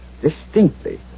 distinctly